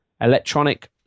Electronic